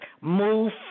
Move